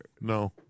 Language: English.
no